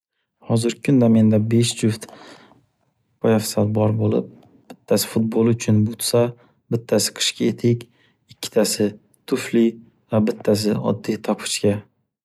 Hozirgi kunda besh juft poyafsal bor bo'lib, bittasi futbol uchun butsa, bittasi qishki etik, ikkitasi tufli va bittasi oddiy tapichka.